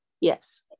yes